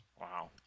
Wow